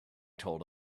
told